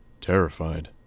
Terrified